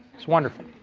it's wonderful.